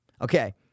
Okay